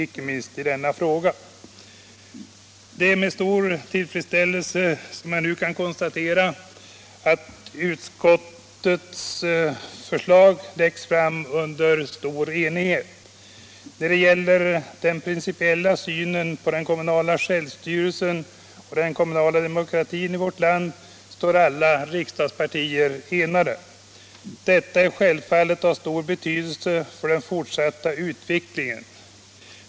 Det är med stor tillfredsställelse som jag nu kan konstatera att utskottets förslag läggs fram under stor enighet. När det gäller den principiella synen på den kommunala självstyrelsen och den kommunala demokratin i vårt land står alla riksdagspartier enade. Detta är självfallet av stor betydelse för den fortsatta utvecklingen.